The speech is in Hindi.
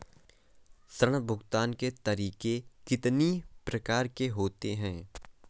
ऋण भुगतान के तरीके कितनी प्रकार के होते हैं?